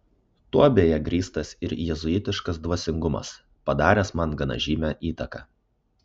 tuo beje grįstas ir jėzuitiškas dvasingumas padaręs man gana žymią įtaką